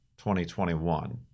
2021